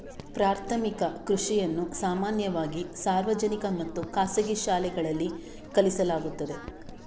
ಪ್ರಾಥಮಿಕ ಕೃಷಿಯನ್ನು ಸಾಮಾನ್ಯವಾಗಿ ಸಾರ್ವಜನಿಕ ಮತ್ತು ಖಾಸಗಿ ಶಾಲೆಗಳಲ್ಲಿ ಕಲಿಸಲಾಗುತ್ತದೆ